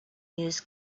use